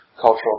cultural